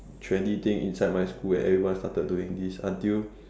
trendy thing inside my school and everyone started doing this until